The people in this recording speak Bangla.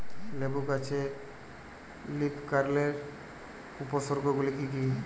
লেবু গাছে লীফকার্লের উপসর্গ গুলি কি কী?